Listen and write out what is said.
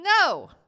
No